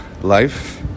life